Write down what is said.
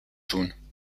tun